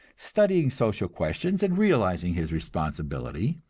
studying social questions and realizing his responsibility,